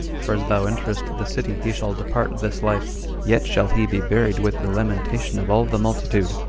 for as thou enterest the city he shall depart this life yet shall he be buried with the lamentation of all the multitude,